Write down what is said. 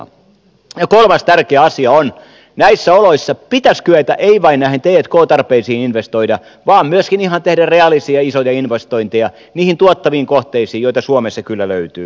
kolmas tärkeä asia on että näissä oloissa pitäisi kyetä ei vain näihin t k tarpeisiin investoimaan vaan myöskin ihan tekemään reaalisia isoja investointeja niihin tuottaviin kohteisiin joita suomessa kyllä löytyy